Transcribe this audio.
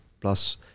plus